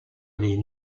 les